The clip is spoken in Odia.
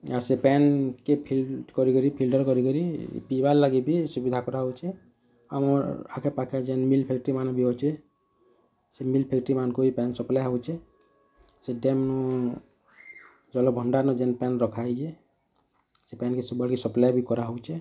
ଆର୍ ସେ ପାନ୍ କେ କରି କରି ଫିଲ୍ଟର୍ କରି କରି ପିଇବାର୍ ଲାଗି ବି ସୁବିଧା କରା ହଉଛେ ଆମର୍ ଆଖେ ପାଖେ ଯେନ୍ ମିଲ୍ ଫ୍ୟାକ୍ଟ୍ରିମାନେ ବି ଅଛେ ସେ ମିଲ୍ ଫ୍ୟାକ୍ଟ୍ରିମାନଙ୍କୁ ବି ପାନ୍ ସପ୍ଲାଏ ହଉଛେ ସେ ଡ୍ୟାମ୍ ନୁ ଜଲ୍ ଭଣ୍ଡାର ନୁ ଯେନ୍ ପାନ୍ ରଖା ହେଇଛେ ସେ ପାନି କେ ସବୁ ଆଡ଼ିକେ ସପ୍ଲାଏ ବି କରା ହଉଛେ